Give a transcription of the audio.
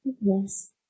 Yes